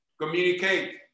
communicate